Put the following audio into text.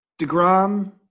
DeGrom